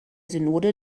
synode